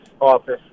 office